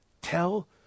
tell